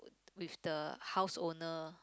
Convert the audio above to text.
with the house owner